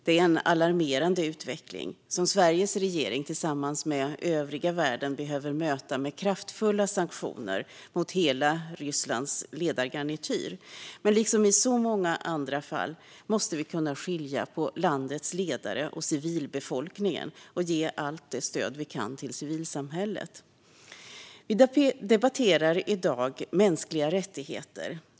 Detta är en alarmerande utveckling som Sveriges regering tillsammans med övriga världen behöver möta med kraftfulla sanktioner mot hela Rysslands ledargarnityr. Men liksom i så många andra fall måste vi kunna skilja på landets ledare och civilbefolkningen och ge allt stöd vi kan till civilsamhället. Vi debatterar i dag mänskliga rättigheter.